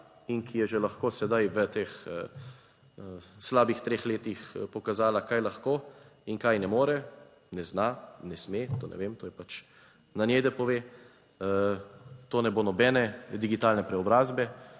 in ki je že lahko sedaj v teh slabih treh letih pokazala, kaj lahko in kaj ne more, ne zna, ne sme, to ne vem, to je pač na njej, da pove, to ne bo nobene digitalne preobrazbe,